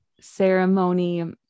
ceremony